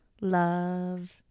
love